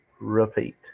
repeat